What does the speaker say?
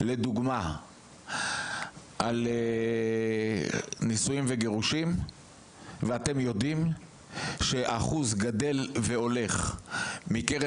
לדוגמה על נישואים וגירושים ואתם יודעים שאחוז גדל והולך מקרב